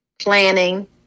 planning